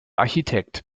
architekt